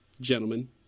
gentlemen